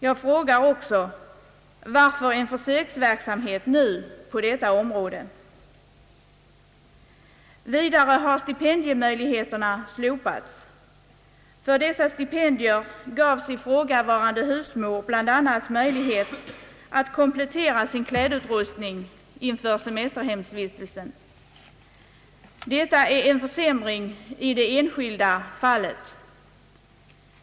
Jag frågar också: Varför en försöksverksamhet nu på detta område? Vidare har stipendiemöjligheterna slopats. Med dessa stipendier fick ifrågavarande husmor bland annat möjlighet att komplettera sin klädutrustning inför semesterhemsvistelsen. Slopandet av stipendierna innebär en försämring i det enskilda fallet.